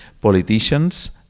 politicians